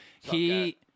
He-